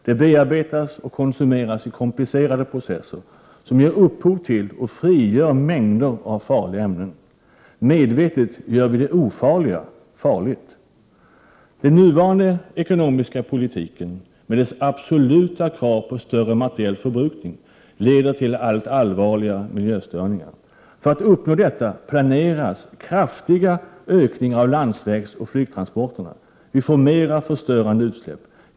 De bearbetas och konsumeras i komplicerade processer, som ger upphov till och frigör mängder av farliga ämnen. Medvetet gör vi det ofarliga farligt. Den nuvarande ekonomiska politiken med dess absoluta krav på större materiell förbrukning leder till allt allvarligare miljöstörningar. För att uppnå detta planeras kraftiga ökningar av landsvägsoch flygtransporterna. Vi får mer förstörande utsläpp.